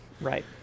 right